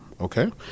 Okay